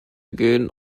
gehen